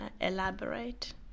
elaborate